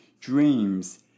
dreams